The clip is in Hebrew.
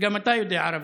וגם אתה יודע ערבית,